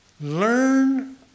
learn